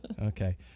Okay